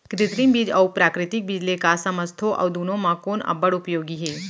कृत्रिम बीज अऊ प्राकृतिक बीज ले का समझथो अऊ दुनो म कोन अब्बड़ उपयोगी हे?